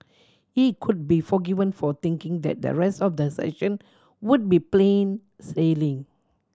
he could be forgiven for thinking that the rest of the session would be plain sailing